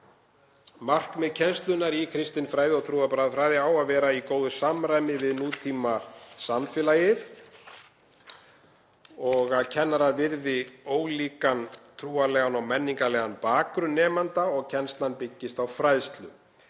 Markmið kennslunnar í kristinfræði og trúarbragðafræði á að vera í góðu samræmi við nútímasamfélagið. Kennarar virði ólíkan trúarlegan og menningarlegan bakgrunn nemenda og kennslan byggist á fræðslu.